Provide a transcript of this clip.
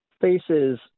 faces